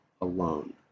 alone